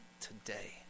today